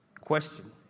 question